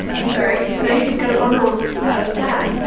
i'm sorry. now you just got a bundle of ah sad.